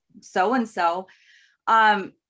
so-and-so